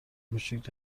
کوچیک